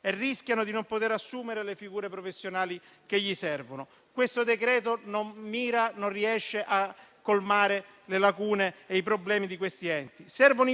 e rischiano di non poter assumere le figure professionali che servono. Questo decreto non riesce a colmare le lacune e i problemi di questi enti. Servono